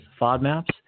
FODMAPs